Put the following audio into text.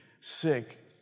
sick